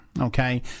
Okay